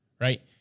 right